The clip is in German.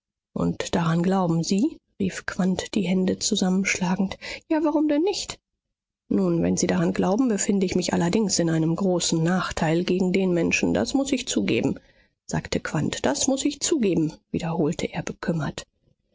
und daran glauben sie rief quandt die hände zusammenschlagend ja warum denn nicht nun wenn sie daran glauben befinde ich mich allerdings in einem großen nachteil gegen den menschen das muß ich zugeben sagte quandt das muß ich zugeben wiederholte er bekümmert